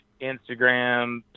Instagram